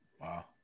Wow